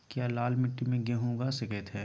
क्या लाल मिट्टी में गेंहु उगा स्केट है?